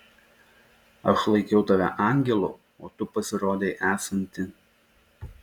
aš laikiau tave angelu o tu pasirodei esanti